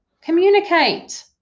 communicate